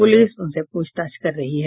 police उससे पूछताछ कर रही है